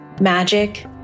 magic